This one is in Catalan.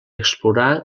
explorar